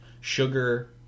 Sugar